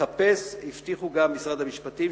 נחפש, הבטיחו גם במשרד המשפטים,